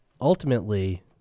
ultimately